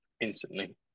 instantly